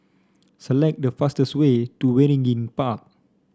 select the fastest way to Waringin Park